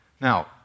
Now